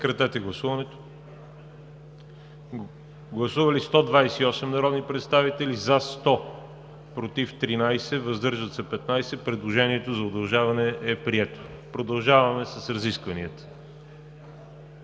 на точка втора. Гласували 128 народни представители: за 100, против 13, въздържали се 15. Предложението за удължаване е прието. Продължаваме с разискванията.